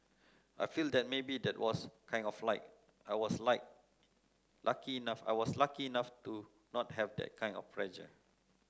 I feel that maybe that was kind of like I was like lucky enough I was lucky enough to not have that kind of pressure